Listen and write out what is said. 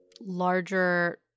larger